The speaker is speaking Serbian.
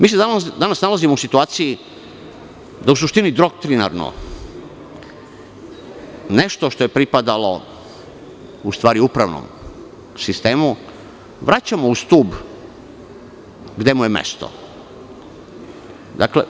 Danas se nalazimo u situaciji da u suštini doktrinirano nešto što je pripadalo u stvari upravnom sistemu vraćamo u stub gde mu je mesto.